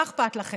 מה אכפת לכם?